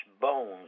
bones